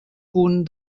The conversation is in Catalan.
punt